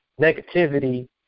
negativity